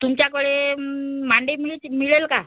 तुमच्याकडे मांडे मिळतील मिळेल का